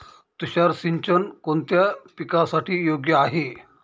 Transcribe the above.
तुषार सिंचन कोणत्या पिकासाठी योग्य आहे?